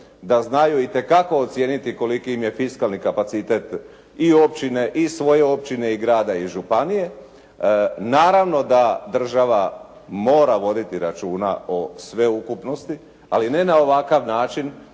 da znaju itekako ocijeniti koliki im je fiskalni kapacitet i općine i svoje općine i grada i županije. Naravno da država mora voditi računa o sveukupnosti, ali ne na ovakav način